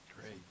Great